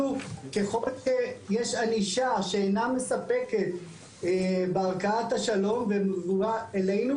אנחנו - ככל שיש ענישה שאינה מספקת בערכאת השלום ומועברת אלינו,